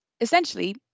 Essentially